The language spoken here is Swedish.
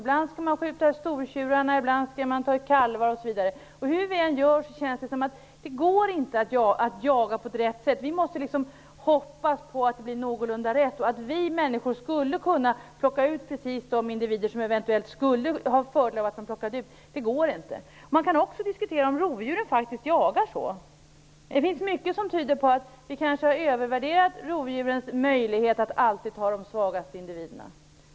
Ibland skall man skjuta stortjurarna, ibland skall man ta ut kalvar osv. Hur vi än gör känns det som om det inte går att jaga på ett riktigt sätt. Vi får bara hoppas att det blir någorlunda rätt. Vi människor kan inte plocka ut precis de individer som det skulle vara fördelaktigt att ta bort. Man kan också diskutera om rovdjuren faktiskt jagar på det sättet. Mycket tyder på att vi kanske har övervärderat rovdjurens möjligheter att alltid ta de svagaste individerna.